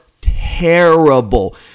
terrible